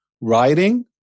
writing